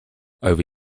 over